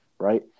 Right